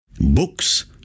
Books